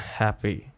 happy